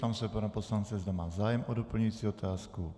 Ptám se pana poslance, zda má zájem o doplňující otázku.